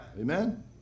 Amen